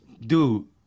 Dude